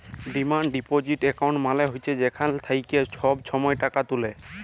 demand deposit account মালে হছে যেখাল থ্যাইকে ছব ছময় টাকা তুলে